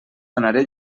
donaré